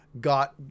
got